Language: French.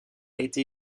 été